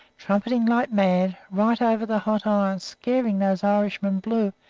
trumpeting like mad, right over the hot iron, scaring those irishmen blue,